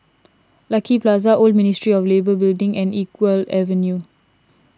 Lucky Plaza Old Ministry of Labour Building and Iqbal Avenue